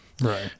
Right